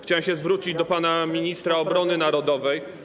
Chciałem zwrócić się do pana ministra obrony narodowej.